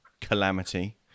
calamity